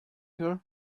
her